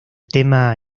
tema